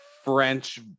French